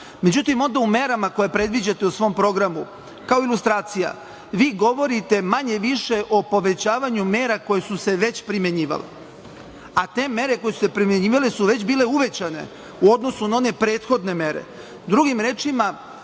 međutim ovde u merama koje predviđate u svom programu, kao ilustracija, govorite manje-više o povećavanju mera koje su se već primenjivale, a te mere koje su se primenjivale su već bile uvećane u odnosu na one prethodne mere.